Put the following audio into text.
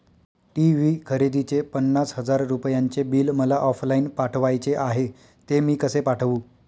TV खरेदीचे पन्नास हजार रुपयांचे बिल मला ऑफलाईन पाठवायचे आहे, ते मी कसे पाठवू?